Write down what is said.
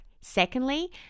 Secondly